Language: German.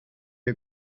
wir